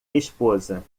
esposa